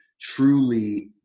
truly